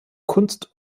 kunst